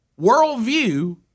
worldview